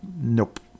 nope